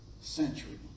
century